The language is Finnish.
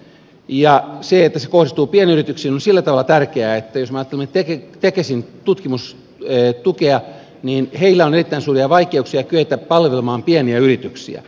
ja se että se kohdistuu pienyrityksiin on sillä tavalla tärkeää että jos me ajattelemme tekesin tutkimustukea niin heillä on erittäin suuria vaikeuksia kyetä palvelemaan pieniä yrityksiä